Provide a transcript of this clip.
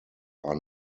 are